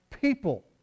people